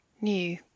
new